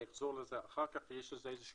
אני אחזור לזה אחר כך, יש לזה משמעות,